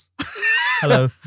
Hello